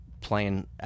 playing